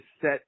set